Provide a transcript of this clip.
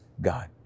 God